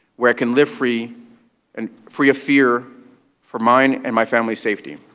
where i can live free and free of fear for mine and my family's safety